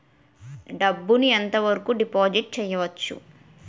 డబ్బు ను ఎంత వరకు డిపాజిట్ చేయవచ్చు?